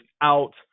out